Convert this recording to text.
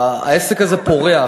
העסק הזה פורח.